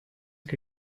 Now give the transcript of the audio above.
que